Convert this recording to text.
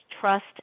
trust